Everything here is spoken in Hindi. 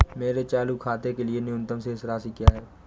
मेरे चालू खाते के लिए न्यूनतम शेष राशि क्या है?